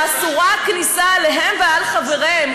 שהכניסה אליהם אסורה עליהם ועל חבריהם.